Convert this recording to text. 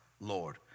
Lord